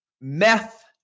meth